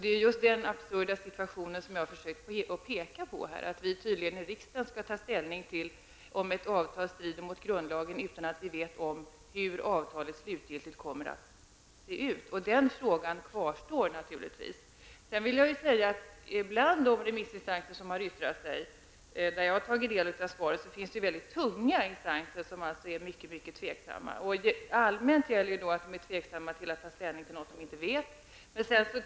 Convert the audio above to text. Det är just den absurda situation jag har försökt att peka på, dvs. att riksdagen tydligen skall ta ställning till om ett avtal strider mot grundlagen utan att veta om hur avtalet slutgiltigt kommer att se ut. Den frågan kvarstår naturligtvis. Bland de remissinstanser som har yttrat sig, och som jag har tagit del av, finns det tunga instanser som är mycket tveksamma. Allmänt gäller att de är tveksamma till att ta ställning till något de inte känner till.